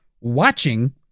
watching